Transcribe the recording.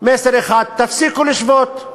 מסר אחד: תפסיקו לשבות.